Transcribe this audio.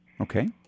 Okay